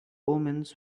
omens